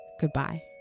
goodbye